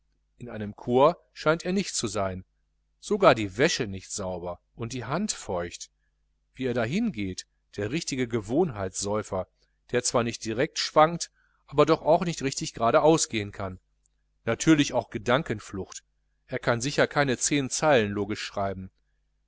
in einem corps scheint er nicht zu sein sogar die wäsche nicht sauber und die hand feucht wie er dahin geht der richtige gewohnheitssäufer der zwar nicht direkt schwankt aber doch auch nicht richtig gradeaus gehen kann natürlich auch gedankenflucht er kann sicherlich keine zehn zeilen logisch schreiben